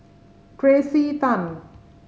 Tracey Tan